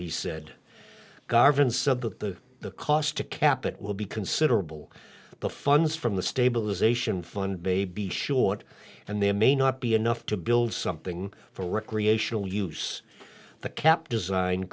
that the the cost to cap it will be considerable the funds from the stabilization fund baby short and there may not be enough to build something for recreational use the cap design